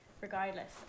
regardless